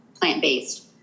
plant-based